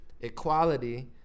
equality